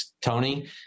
Tony